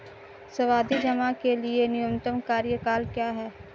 सावधि जमा के लिए न्यूनतम कार्यकाल क्या है?